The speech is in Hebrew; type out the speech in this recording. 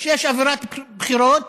כאשר יש אווירת בחירות